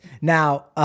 Now